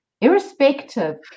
irrespective